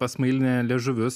pasmailinę liežuvius